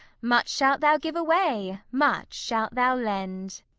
much shalt thou give away, much shalt thou lend.